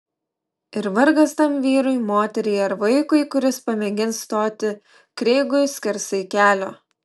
ir vargas tam vyrui moteriai ar vaikui kuris pamėgins stoti kreigui skersai kelio